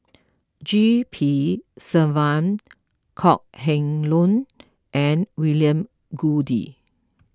G P Selvam Kok Heng Leun and William Goode